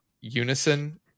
Unison